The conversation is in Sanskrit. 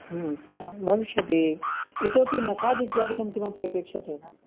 ह्म् भविष्यति इतोऽपि मसाज् इत्यादिकं किमपि अपेक्षते वा